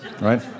right